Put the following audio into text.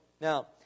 Now